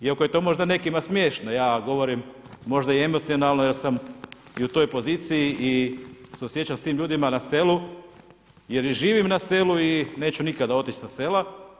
Iako je to možda nekima smiješno, ja govorim, možda i emocionalno, jer sam i u toj poziciji i suosjećam s tim ljudima na selu, jer živim na selu i neću nikada otići sa sela.